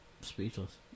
Speechless